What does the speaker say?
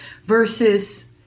versus